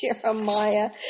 Jeremiah